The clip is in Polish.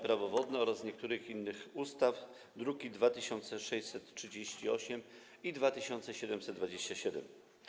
Prawo wodne oraz niektórych innych ustaw, druki nr 2638 i 2727.